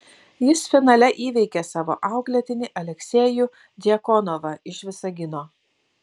jis finale įveikė savo auklėtinį aleksejų djakonovą iš visagino